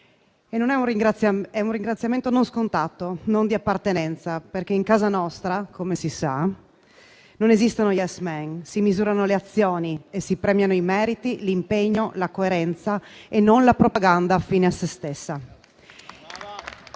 è un ringraziamento non scontato, non di appartenenza, perché in casa nostra, come si sa, non esistono *yes men*, ma si misurano le azioni e si premiano i meriti, l'impegno, la coerenza e non la propaganda fine a se stessa.